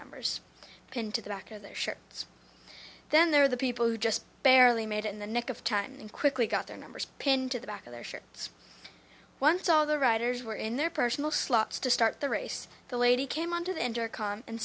numbers pinned to the back of their shirts then there were the people who just barely made it in the nick of time and quickly got their numbers pinned to the back of their shirts once all the riders were in their personal slots to start the race the lady came onto the intercom and